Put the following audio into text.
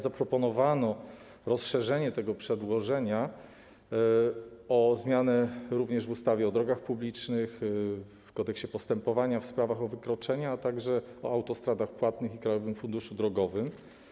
Zaproponowano rozszerzenie tego przedłożenia o zmianę w ustawie o drogach publicznych, w Kodeksie postępowania w sprawach o wykroczenia, a także w ustawie o autostradach płatnych i Krajowym Funduszu Drogowym.